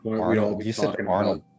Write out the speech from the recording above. Arnold